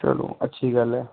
ਚਲੋ ਅੱਛੀ ਗੱਲ ਹੈ